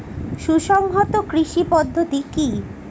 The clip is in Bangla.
সুসংহত কৃষি পদ্ধতি কি?